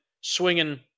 swinging